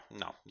no